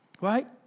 Right